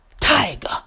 Tiger